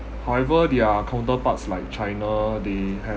however their counterparts like china they have